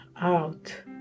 out